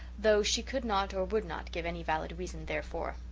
though she could not or would not give any valid reason therefor.